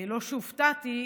לא שהופתעתי,